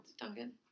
Duncan